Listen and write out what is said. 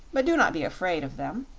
but do not be afraid of them.